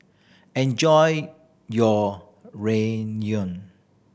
enjoy your Ramyeon